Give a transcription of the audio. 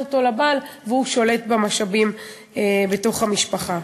אותו לבעל והוא שולט במשאבים בתוך המשפחה.